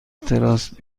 تراس